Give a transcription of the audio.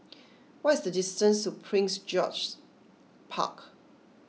what is the distance to Prince George's Park